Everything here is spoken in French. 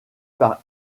par